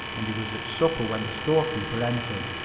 and he was at supper when the storekeeper entered.